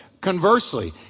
Conversely